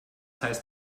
heißt